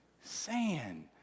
sand